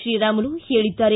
ಶ್ರೀರಾಮುಲು ಹೇಳಿದ್ದಾರೆ